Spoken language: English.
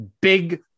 big